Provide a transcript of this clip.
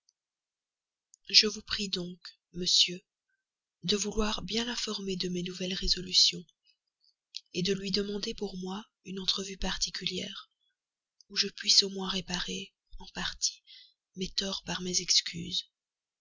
je vous prie donc monsieur de vouloir bien l'informer de mes nouvelles résolutions de lui demander pour moi une entrevue particulière où je puisse au moins réparer en partie mes torts par mes excuses